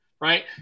right